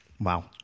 Wow